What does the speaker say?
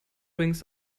rings